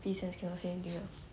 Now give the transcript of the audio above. fifty cents cannot say anything [what]